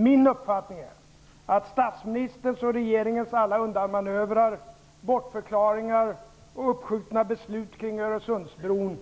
Min uppfattning är att statsministerns och regeringens alla undanmanövrer, bortförklaringar och uppskjutna beslut kring Öresundsbron